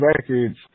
records